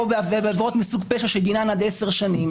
או בעבירות מסוג פשע שדינן עד עשר שנים